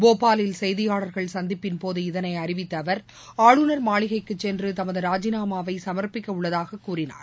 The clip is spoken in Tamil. போபாலில் செய்தியாளர்கள் சந்திப்பின்போது இதனை அறிவித்த அவர் ஆளுநர் மாளிகைக்குச் சென்று தமது ராஜிநாமாவை சம்ப்பிக்க உள்ளதாகக் கூறினார்